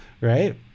right